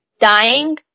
dying